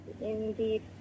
indeed